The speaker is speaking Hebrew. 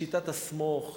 שיטת ה"סמוך".